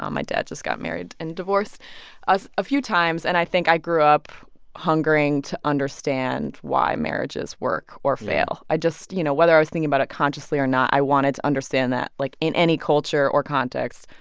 um my dad just got married and divorced a ah few times. and i think i grew up hungering to understand why marriages work or fail. i just you know, whether i was thinking about it consciously or not, i wanted to understand that. like, in any culture or context,